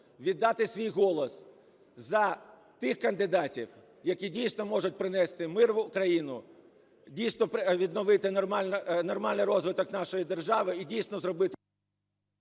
віддати свій голос за тих кандидатів, які дійсно можуть принести мир в Україну, дійсно відновити нормальний розвиток нашої держави і дійсно зробити…